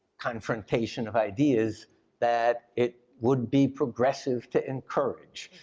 confrontation of ideas that it wouldn't be progressive to encourage,